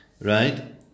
right